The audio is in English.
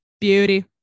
beauty